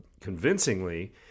convincingly